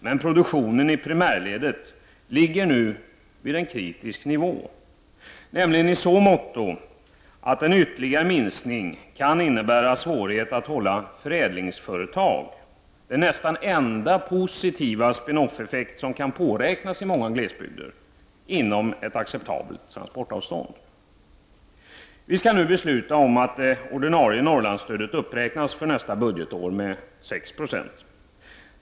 Men produktionen i primärledet ligger nu på en kritisk nivå, nämligen i så måtto att en ytterligare minskning kan innebära svårighet att hålla förädlingsföretag — den nästan enda positiva spin-off-effekt som kan påräknas i många glesbygder — inom acceptabelt transportavstånd. Vi skall nu besluta om att det ordinarie Norrlandsstödet för nästa budgetår uppräknas med 6 Zo.